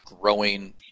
growing